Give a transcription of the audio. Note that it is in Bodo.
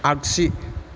आग्सि